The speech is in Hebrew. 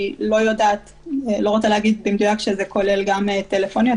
אני לא רוצה להגיד במדויק שזה כולל גם פניות טלפוניות,